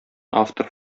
автор